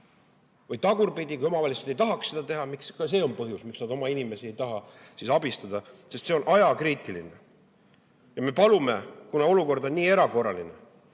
Või tagurpidi: kui omavalitsused ei taha seda teha, siis ka see on [küsimus], miks nad oma inimesi ei taha abistada. See on ju ajakriitiline. Me palume, kuna olukord on nii erakorraline,